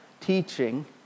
teaching